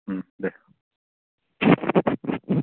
देह